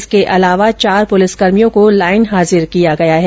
इसके अलावा चार पुलिसकर्मियों को लाईन हाजिर किया गया है